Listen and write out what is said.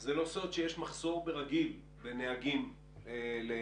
זה לא סוד שיש מחסור ברגיל בנהגי אוטובוס.